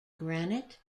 granite